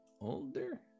older